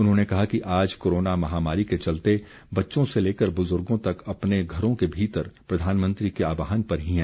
उन्होंने कहा कि आज कोरोना महामारी के चलते बच्चों से लेकर बुजुर्गों तक अपने घरों के भीतर प्रधानमंत्री के आहवान पर ही हैं